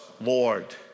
Lord